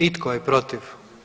I tko je protiv?